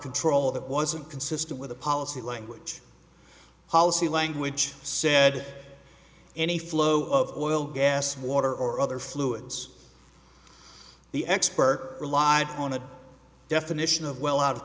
control that wasn't consistent with the policy language policy language said any flow of oil gas water or other fluids the expert relied on the definition of well out of